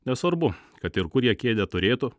nesvarbu kad ir kur jie kėdę turėtų